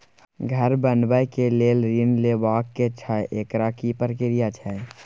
घर बनबै के लेल ऋण लेबा के छै एकर की प्रक्रिया छै?